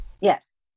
Yes